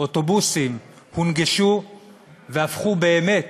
אוטובוסים הונגשו והפכו באמת